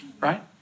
right